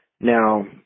Now